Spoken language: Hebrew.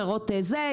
פירות זה,